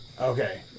Okay